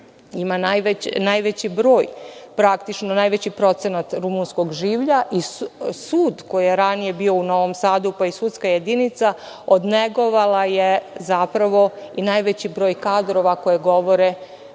ima najveći broj, praktično najveći procenat rumunskog življa i sud koji je ranije bio u Novom Sadu, pa i sudska jedinica odnegovala je zapravo i najveći broj kadrova koji govore,